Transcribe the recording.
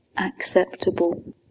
Acceptable